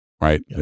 Right